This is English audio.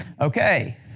Okay